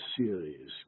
series